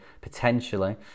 potentially